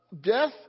Death